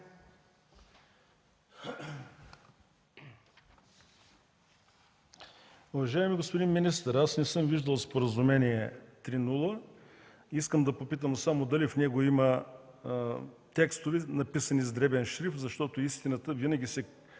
Уважаеми господин министър, аз не съм виждал споразумение 3.0. Искам да попитам дали в него има текстове, написани с дребен шрифт, защото истината винаги се